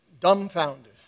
dumbfounded